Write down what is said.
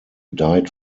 died